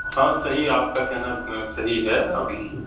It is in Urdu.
ہاں صحیح ہے آپ کا کہنا صحیح ہے ابھی